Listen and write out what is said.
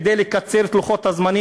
כדי לקצר את לוחות הזמנים.